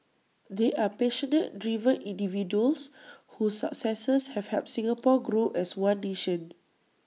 they are passionate driven individuals whose successes have helped Singapore grow as one nation